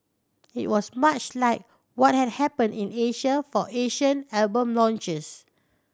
it was much like what had happened in Asia for Asian album launches